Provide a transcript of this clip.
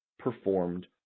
performed